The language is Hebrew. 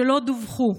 שלא דווחו.